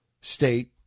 state